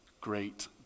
great